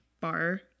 bar